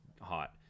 hot